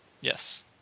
Yes